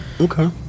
Okay